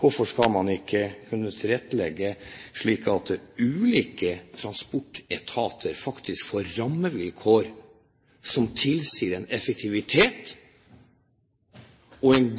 Hvorfor skal man ikke kunne tilrettelegge slik at ulike transportetater faktisk får rammevilkår som tilsier effektivitet og en